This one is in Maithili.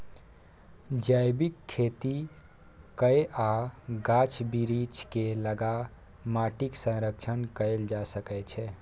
जैबिक खेती कए आ गाछ बिरीछ केँ लगा माटिक संरक्षण कएल जा सकै छै